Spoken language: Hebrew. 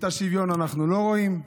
את השוויון אנחנו לא רואים,